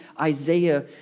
Isaiah